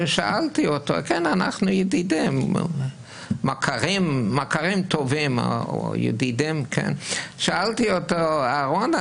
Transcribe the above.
אנחנו מכרים טובים או ידידים שאלתי אותו: אהרון,